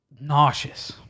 nauseous